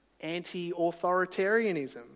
anti-authoritarianism